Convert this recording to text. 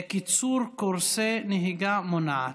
קיצור קורסי נהיגה מונעת.